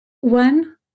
One